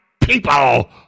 people